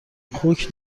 خوک